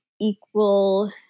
equal